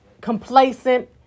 complacent